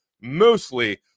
mostly